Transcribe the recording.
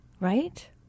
right